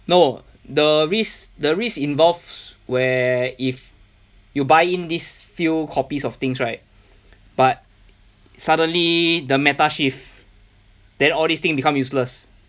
no the risk the risk involves where if you buy in this few copies of things right but suddenly the meta shift then all these thing become useless